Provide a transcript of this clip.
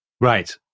Right